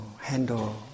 handle